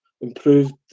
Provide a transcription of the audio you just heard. improved